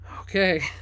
okay